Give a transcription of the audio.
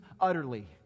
utterly